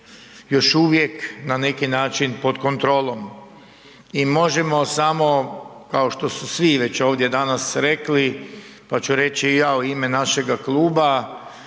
još uvijek na neki način pod kontrolom i možemo samo kao što su svi već ovdje danas rekli, pa ću reći i ja u ime našega kluba,